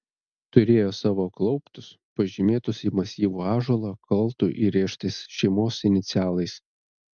turėjo savo klauptus pažymėtus į masyvų ąžuolą kaltu įrėžtais šeimos inicialais